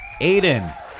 Aiden